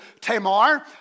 Tamar